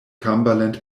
cumberland